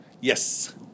Yes